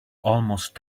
almost